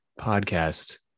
podcast